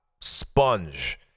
sponge